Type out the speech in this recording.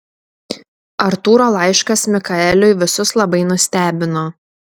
artūro laiškas mikaeliui visus labai nustebino